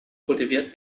kultiviert